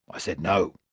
i said no.